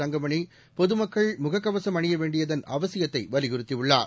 தங்கமணி பொதமக்கள் முகக்கவசம் அணியவேண்டியதன் அவசியத்தைவலியுறுத்தியுள்ளார்